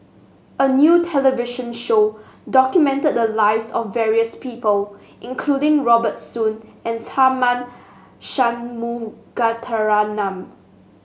a new television show documented the lives of various people including Robert Soon and Tharman Shanmugaratnam